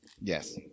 Yes